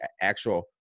actual